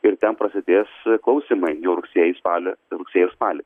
ir ten prasidės klausimai jau rugsėjį spalį rugsėjį ir spalį